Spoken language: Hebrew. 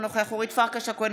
אינו נוכח אורית פרקש הכהן,